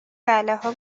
بلاها